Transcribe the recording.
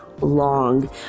long